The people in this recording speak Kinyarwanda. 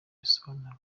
risobanura